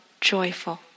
joyful